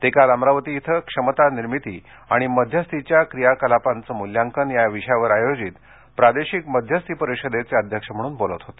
ते काल अमरावती इथं क्षमता निर्मिती आणि मध्यस्थीच्या क्रियाकलांपाचे मुल्याकन या विषयावर आयोजित प्रादेशिक मध्यस्थी परिषदेचे अध्यक्ष म्हणून बोलत होते